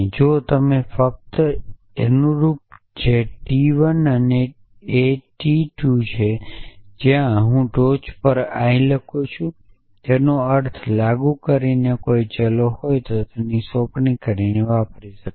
જો અને ફક્ત જો અનુરૂપ જે ટી 1 હું એ ટી 2 છે જ્યારે હું ટોચ પર આઇ લખું છું તેનો અર્થ લાગુ કરીને કોઈ ચલો હોય તો સોંપણી કરીને વાપરી શકાય